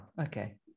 okay